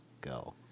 Go